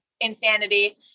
insanity